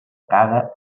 caga